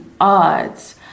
odds